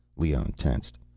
leone tensed.